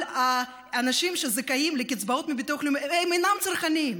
אבל האנשים שזכאים לקצבאות מביטוח לאומי אינם צרכנים,